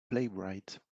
playwright